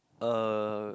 a